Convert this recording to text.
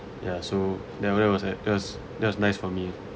ya so then where I was at just that's nice for me